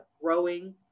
growing